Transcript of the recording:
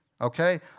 okay